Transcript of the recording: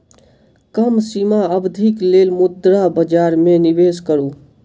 कम सीमा अवधिक लेल मुद्रा बजार में निवेश करू